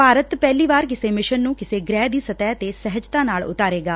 ਭਾਰਤ ਪਹਿਲੀ ਵਾਰ ਕਿਸੇ ਮਿਸ਼ਨ ਨੂੰ ਕਿਸੇ ਗ੍ਰਹਿ ਵੱਲ ਸਹਿਤ ਤੇ ਸਹਿਜਤਾ ਨਾਲ ਉਤਾਰੇਗਾ